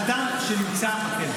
אדם שנמצא בכלא